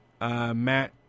Matt